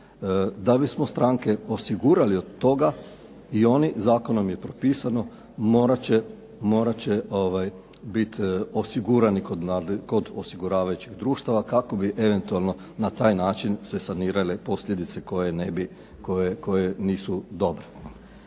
Da bismo stranke osigurali od toga i oni zakonom je propisano morat će biti osigurani kod osiguravajućih društava kako bi eventualno na taj način se sanirale posljedice koje ne bi,